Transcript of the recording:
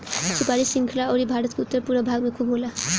सुपारी श्रीलंका अउरी भारत के उत्तर पूरब भाग में खूब होला